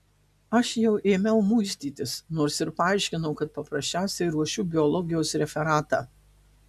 aš jau ėmiau muistytis nors ir paaiškinau kad paprasčiausiai ruošiu biologijos referatą